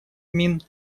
мин